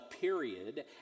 period